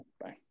Bye